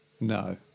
no